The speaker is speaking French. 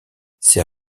ses